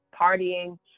partying